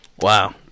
Wow